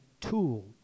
tool